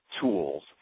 tools